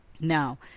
Now